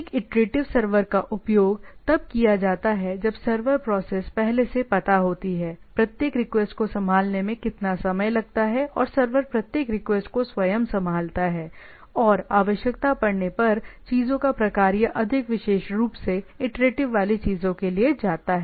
एक iterative server का उपयोग तब किया जाता है जब सर्वर प्रोसेस पहले से पता होती है प्रत्येक रिक्वेस्ट को संभालने में कितना समय लगता है और सर्वर प्रत्येक रिक्वेस्ट को स्वयं संभालता है और आवश्यकता पड़ने पर चीजों का प्रकार या अधिक विशेष रूप से इटरेटिव वाली चीजों के लिए जाता है